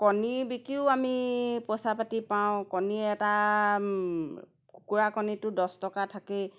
কণী বিকিও আমি পইচা পাতি পাওঁ কণী এটা কুকুৰা কণীটো দহ টকা থাকেই